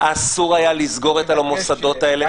אסור היה לסגור את המוסדות האלה.